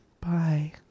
Bye